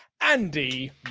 Andy